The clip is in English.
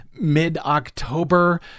mid-October